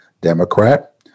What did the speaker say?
Democrat